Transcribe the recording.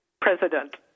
president